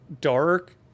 dark